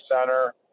Center